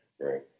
right